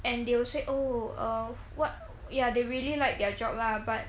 and they will say oh err what ya they really like their job lah but